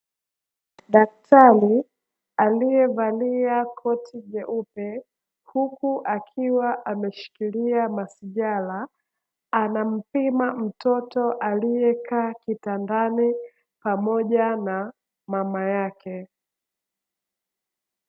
Daktari aliyevalia koti jeupe, huku akiwa ameshikilia masijala, anampima mtoto aliyekaa kitandani pamoja na mama yake.